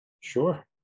Sure